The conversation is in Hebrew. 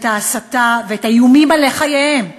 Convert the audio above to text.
ואת ההסתה ואת האיומים על חייהם,